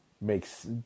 makes